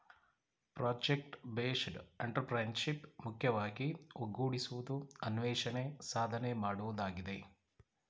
project based entrepreneurship ಮುಖ್ಯವಾಗಿ ಒಗ್ಗೂಡಿಸುವುದು, ಅನ್ವೇಷಣೆ, ಸಾಧನೆ ಮಾಡುವುದಾಗಿದೆ